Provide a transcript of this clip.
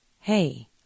hey